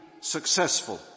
successful